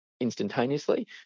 instantaneously